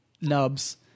Nubs